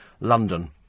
London